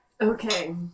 Okay